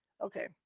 Okay